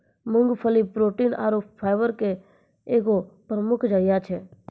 मूंगफली प्रोटीन आरु फाइबर के एगो प्रमुख जरिया छै